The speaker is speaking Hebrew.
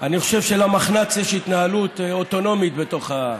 חושב שלמחנה הציוני יש התנהלות אוטונומית בתוך,